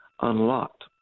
unlocked